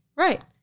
Right